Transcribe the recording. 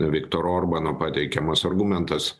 viktoro orbano pateikiamas argumentas